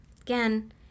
Again